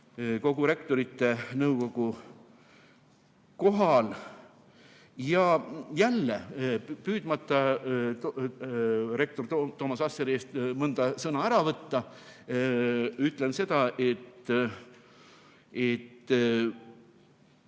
kogu Rektorite Nõukogu kohal. Ja jälle püüdmata rektor Toomas Asseri eest mõnda sõna ära võtta, ütlen seda, et